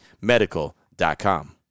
medical.com